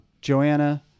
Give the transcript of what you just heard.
Joanna